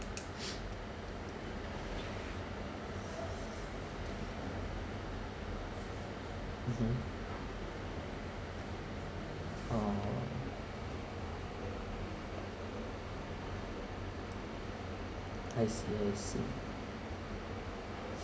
mmhmm oh I see I see